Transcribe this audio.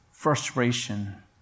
frustration